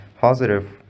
positive